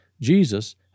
Jesus